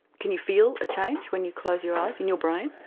can you feel a change when you close your eyes in your brain?